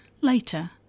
Later